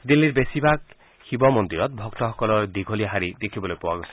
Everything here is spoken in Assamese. দিল্লীৰ বেছিভাগ শিৱমন্দিৰতে ভক্তসকলৰ দীঘলীয়া শাৰী দেখিবলৈ পোৱা গৈছে